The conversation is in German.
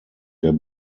der